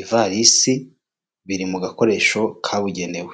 ivarisi biri mu gakoresho kabugenewe.